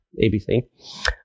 ABC